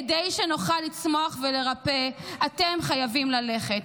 כדי שנוכל לצמוח ולרפא אתם חייבים ללכת.